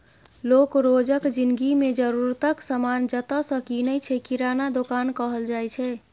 लोक रोजक जिनगी मे जरुरतक समान जतय सँ कीनय छै किराना दोकान कहल जाइ छै